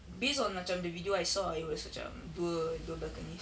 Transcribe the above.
based on macam the video I saw it was macam dua dua balconies